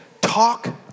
Talk